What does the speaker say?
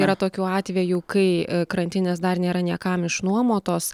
yra tokių atvejų kai krantinės dar nėra niekam išnuomotos